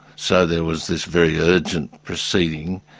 so there was this very urgent proceeding,